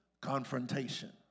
confrontation